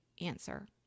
answer